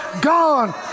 gone